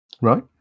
Right